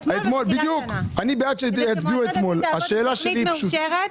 שנעבוד עם תוכנית מאושרת.